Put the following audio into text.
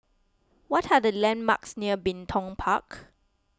what are the landmarks near Bin Tong Park